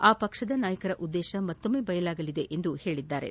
ಆ ಪಕ್ಷದ ನಾಯಕರ ಉದ್ದೇಶ ಮತ್ತೊಮ್ನೆ ಬಯಲಾಗಲಿದೆ ಎಂದು ಅವರು ಹೇಳಿದ್ದಾರೆ